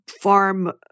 farm